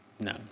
No